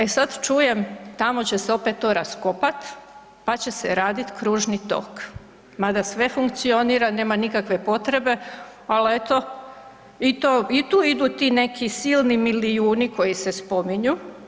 E sad čujem, tamo će se opet to raskopat, pa će se radit kružni tok, mada sve funkcionira, nema nikakve potrebe, al eto i to, i tu idu ti neki silni milijuni koji se spominju.